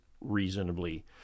reasonably